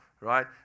right